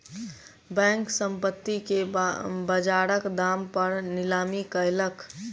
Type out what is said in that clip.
bank, संपत्ति के बजारक दाम पर नीलामी कयलक